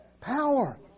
Power